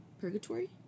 Purgatory